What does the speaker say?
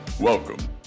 Welcome